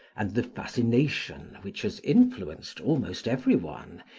and the fascination which has influenced almost every one,